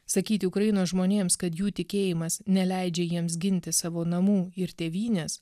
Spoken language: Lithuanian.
sakyti ukrainos žmonėms kad jų tikėjimas neleidžia jiems ginti savo namų ir tėvynės